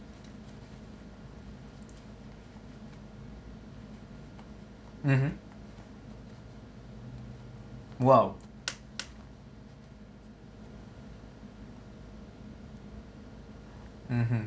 mmhmm !wow! mmhmm